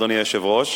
אדוני היושב-ראש.